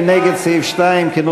מי נגד סעיף 2,